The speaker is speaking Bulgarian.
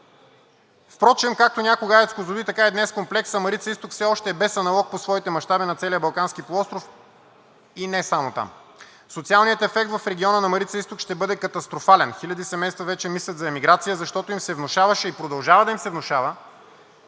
Впрочем както някога АЕЦ „Козлодуй“, така и днес комплексът „Марица изток“ все още е без аналог по своите мащаби на целия Балкански полуостров и не само там. Социалният ефект в региона на „Марица изток“ ще бъде катастрофален. Хиляди семейства вече мислят за емиграция, защото им се внушаваше и продължава да им се внушава,